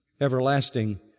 everlasting